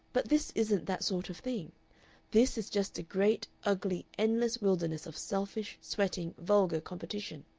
but this isn't that sort of thing this is just a great, ugly, endless wilderness of selfish, sweating, vulgar competition!